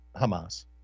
Hamas